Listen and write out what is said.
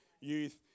youth